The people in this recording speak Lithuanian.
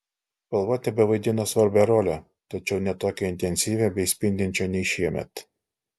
spalva tebevaidina svarbią rolę tačiau ne tokią intensyvią bei spindinčią nei šiemet